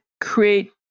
create